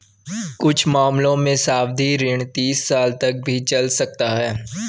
कुछ मामलों में सावधि ऋण तीस साल तक भी चल सकता है